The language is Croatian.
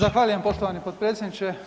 Zahvaljujem poštovani potpredsjedniče.